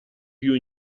più